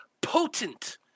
potent